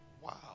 Wow